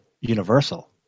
universal